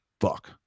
fuck